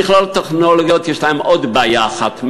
למכללות הטכנולוגיות יש עוד בעיה אחת,